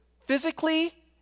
physically